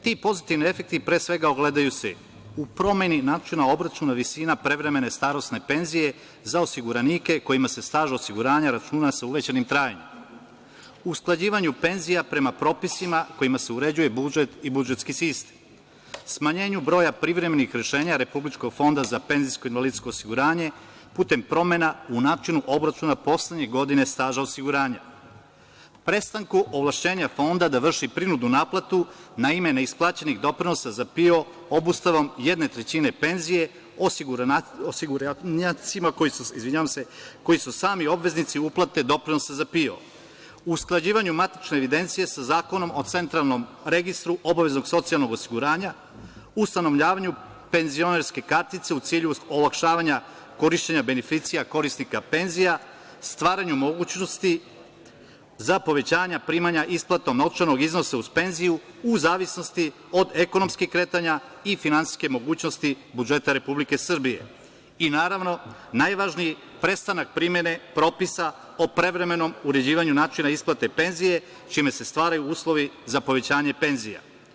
Ti pozitivni efekti pre svega ogledaju se u: promeni načina obračuna visina prevremene starosne penzije za osiguranike kojima se staž osiguranja računa sa uvećanim trajanjem, usklađivanju penzija prema propisima kojima se uređuje budžet i budžetski sistem, smanjenju broja privremenih rešenja Republičkog fonda za penzijsko i invalidsko osiguranje putem promena u načinu obračuna poslednje godine staža osiguranja, prestanku ovlašćenja Fonda da vrši prinudnu naplatu na ime neisplaćenih doprinosa za PIO obustavom jedne trećine penzije osiguranicima koji su sami obveznici uplate doprinosa za PIO, usklađivanju matične evidencije sa Zakonom o Centralnom registru obaveznog socijalnog osiguranja, ustanovljavanju penzionerske kartice u cilju olakšavanja korišćenja beneficija korisnika penzija, stvaranju mogućnosti za povećanja primanja isplatom novčanog iznosa uz penziju, u zavisnosti od ekonomskih kretanja i finansijske mogućnosti budžeta Republike Srbije, i naravno najvažniji – prestanak primene propisa o privremenom uređivanju načina isplate penzija, čime se stvaraju uslovi za povećanje penzija.